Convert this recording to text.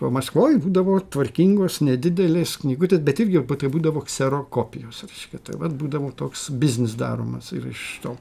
o maskvoj būdavo tvarkingos nedidelės knygutės bet irgi tai būdavo ksero kopijos reiškia tai vat būdavo toks biznis daromas ir iš to